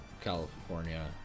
California